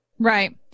Right